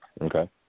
Okay